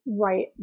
right